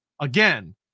again